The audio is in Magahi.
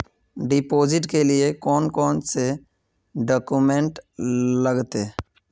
डिपोजिट के लिए कौन कौन से डॉक्यूमेंट लगते?